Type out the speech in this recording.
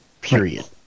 Period